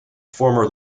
former